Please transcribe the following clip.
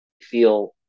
feel